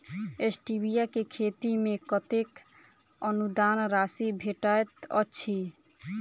Stevia केँ खेती मे कतेक अनुदान राशि भेटैत अछि?